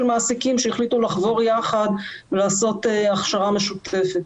מעסיקים שהחליטו לחבור יחד ולעשות הכשרה משותפת.